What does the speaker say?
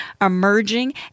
emerging